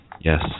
Yes